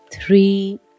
three